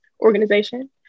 organization